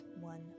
one